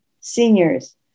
Seniors